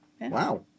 Wow